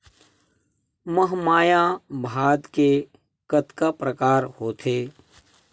महमाया भात के कतका प्रकार होथे?